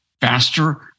faster